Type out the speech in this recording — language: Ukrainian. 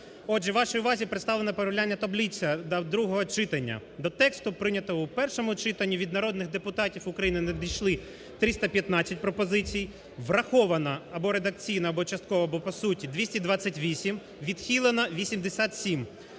Отже, вашій увазі представлена порівняльна таблиця для другого читання до тексту, прийнятого в першому читанні. Від народних депутатів України надішли 315 пропозицій, враховано або редакційно, або частково, або по суті 228, відхилено 87.